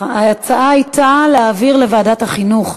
ההצעה הייתה להעביר לוועדת החינוך.